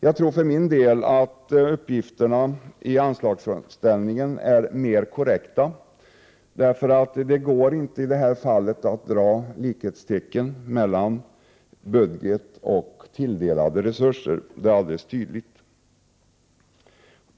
Jag för min del tror att uppgifterna i anslagsframställningen är mera korrekta. Det går ju inte i det här fallet att sätta likhetstecken mellan budget och tilldelade resurser — detta är alldeles tydligt.